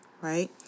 right